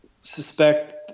suspect